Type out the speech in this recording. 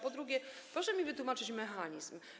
Po drugie, proszę mi wytłumaczyć taki mechanizm.